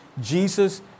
Jesus